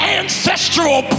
ancestral